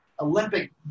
Olympic